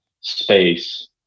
space